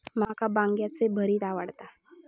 माका वांग्याचे भरीत आवडता